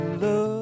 love